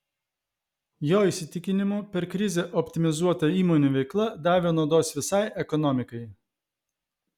jo įsitikinimu per krizę optimizuota įmonių veikla davė naudos visai ekonomikai